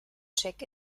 check